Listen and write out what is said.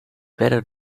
better